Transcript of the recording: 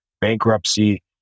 bankruptcy